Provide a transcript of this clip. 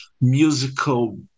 musical